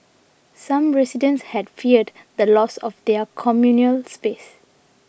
some residents had feared the loss of their communal space